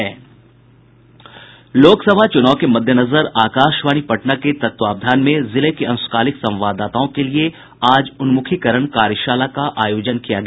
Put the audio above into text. लोकसभा चुनाव के मद्देनजर आकाशवाणी पटना के तत्वावधान में जिले के अंशकालिक संवाददाताओं के लिए आज उन्मुखीकरण कार्यशाला का आयोजन किया गया